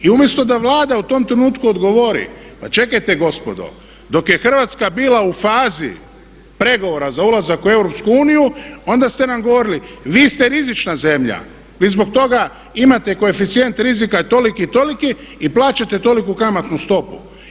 I umjesto da Vlada u tom trenutku odgovori pa čekajte gospodo dok je Hrvatska bila u fazi pregovora za ulazak u EU onda ste nam govorili vi ste rizična zemlja, vi zbog toga imate koeficijent rizika toliki i toliki i plaćate toliku kamatnu stopu.